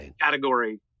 category